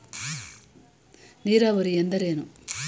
ನೀರಾವರಿ ಎಂದರೇನು?